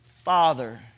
Father